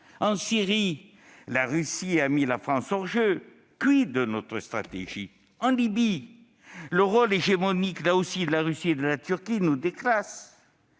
En Syrie, la Russie a mis la France hors-jeu. de notre stratégie ? En Libye, le rôle hégémonique, là aussi, de la Russie et de la Turquie nous déclasse.